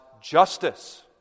justice